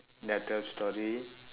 ya twelve storey